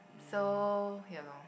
so yaloh